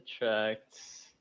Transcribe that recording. Attracts